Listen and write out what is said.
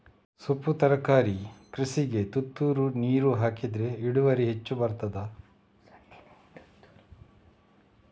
ಸೊಪ್ಪು ತರಕಾರಿ ಕೃಷಿಗೆ ತುಂತುರು ನೀರು ಹಾಕಿದ್ರೆ ಇಳುವರಿ ಹೆಚ್ಚು ಬರ್ತದ?